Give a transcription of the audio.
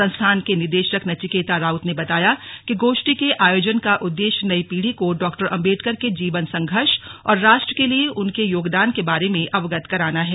संस्थान के निदेशक नचिकेता राउत ने बताया कि गोष्ठी के आयोजन का उद्देश्य नई पीढ़ी को डॉक्टर अंबेडकर के जीवन संघर्ष और राष्ट्र के लिए उनके योगदान के बारे में अवगत कराना है